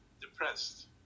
depressed